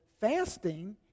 fasting